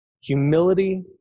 Humility